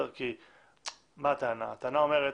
הטענה אומרת,